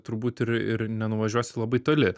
turbūt ir ir nenuvažiuosi labai toli